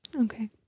okay